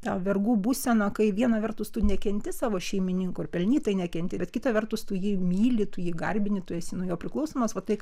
ta vergų būseną kai viena vertus tu nekenti savo šeimininko ir pelnytai nekenti bet kita vertus tu jį myli tu jį garbini tu esi nuo jo priklausomas va tai ką